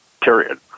period